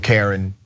Karen